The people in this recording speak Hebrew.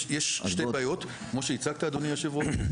יש שתי בעיות, כמו שהצגת, אדוני יושב הראש.